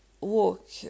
walk